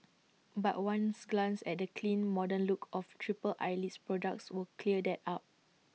but ones glance at the clean modern look of triple Eyelid's products would clear that up